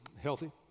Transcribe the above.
healthy